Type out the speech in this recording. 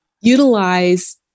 utilize